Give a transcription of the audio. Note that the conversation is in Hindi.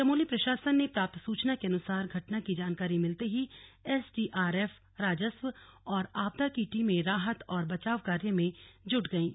चमोली प्रशासन से प्राप्त सूचना के अनुसार घटना की जानकारी मिलते ही एसडीआरएफ राजस्व और आपदा की टीमें राहत और बचाव कार्य में जुट गईं